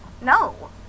no